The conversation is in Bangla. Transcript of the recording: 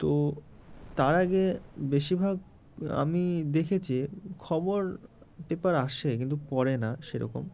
তো তার আগে বেশিরভাগ আমি দেখেছি খবর পেপার আসছে কিন্তু পড়ে না সেরকম